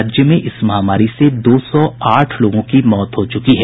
राज्य में इस महामारी से दो सौ आठ लोगों की मौत हो चुकी है